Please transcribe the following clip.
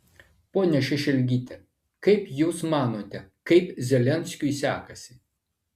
ponia šešelgyte kaip jūs manote kaip zelenskiui sekasi